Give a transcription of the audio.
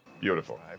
beautiful